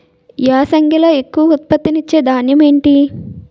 యాసంగిలో ఎక్కువ ఉత్పత్తిని ఇచే ధాన్యం ఏంటి?